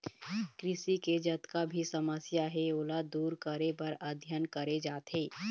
कृषि के जतका भी समस्या हे ओला दूर करे बर अध्ययन करे जाथे